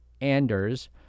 Anders